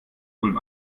ulm